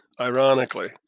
ironically